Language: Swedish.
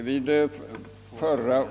Herr talman!